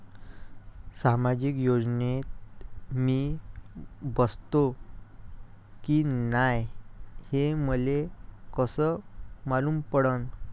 सामाजिक योजनेत मी बसतो की नाय हे मले कस मालूम पडन?